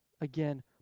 again